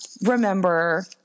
remember